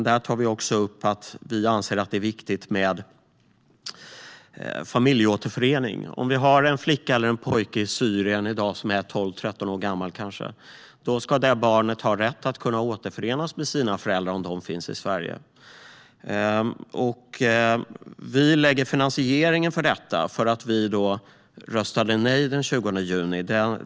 Där tar vi upp att vi anser att det är viktigt med familjeåterförening. Om vi har en flicka eller en pojke i Syrien som kanske är 12 eller 13 år gammal i dag ska det barnet ha rätt att återförenas med sina föräldrar, om de finns i Sverige. Vi har finansiering för detta, då vi röstade nej den 20 juni.